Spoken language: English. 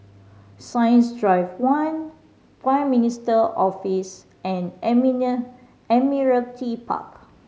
Science Drive One Prime Minister Office and Admiralty Park